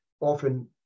often